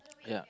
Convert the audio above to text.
yeah